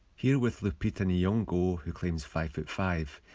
here, with lupita n'yongo, who claims five foot five,